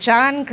John